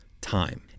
time